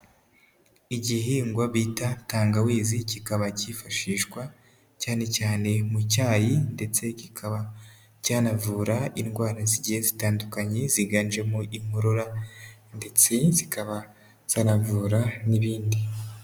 Igihingwa bita tangawizi kikaba cyifashishwa cyane cyane mu cyayi ndetse kikaba cyanavura indwara zigiye zitandukanye ziganjemo Inkorora ndetse zikaba zanavura n'ibindi